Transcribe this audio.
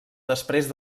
després